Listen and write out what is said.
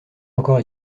encore